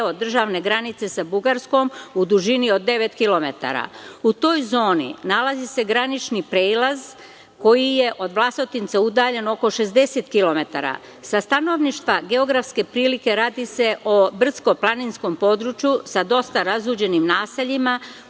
deo državne granice sa Bugarskom u dužini od 9 km. U toj zoni nalazi se granični prelaz koji je od Vlasotinca udaljen oko 60 km.Sa stanovišta geografske prilike radi se o brdsko-planinskom području sa dosta razruđenim naseljima.